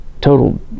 total